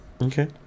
Okay